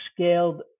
scaled